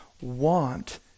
want